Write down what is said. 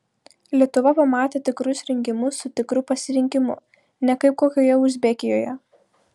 lietuva pamatė tikrus rinkimus su tikru pasirinkimu ne kaip kokioje uzbekijoje